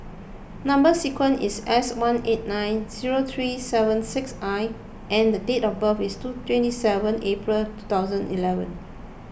Number Sequence is S one eight nine zero three seven six I and date of birth is two twenty seven April two thousand eleven